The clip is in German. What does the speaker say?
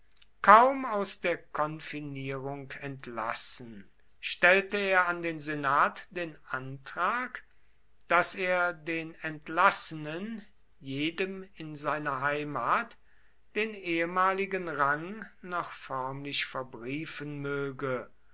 kaum aus der konfinierung entlassen stellte er an den senat den antrag daß er den entlassenen jedem in seiner heimat den ehemaligen rang noch förmlich verbriefen möge